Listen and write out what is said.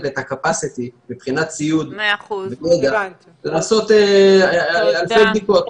ואת הקפסיטי מבחינת ציוד ולעשות אלפי בדיקות.